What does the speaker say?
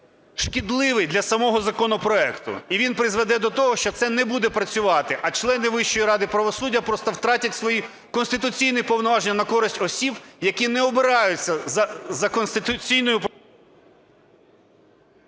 шкідливий для самого законопроекту, і він призведе до того, що це не буде працювати, а члени Вищої ради правосуддя просто втратять свої конституційні повноваження на користь осіб, які не обираються за … ГОЛОВУЮЧИЙ.